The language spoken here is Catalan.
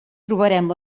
trobarem